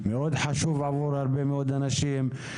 מאוד חשוב עבור הרבה מאוד אנשים.